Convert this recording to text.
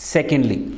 Secondly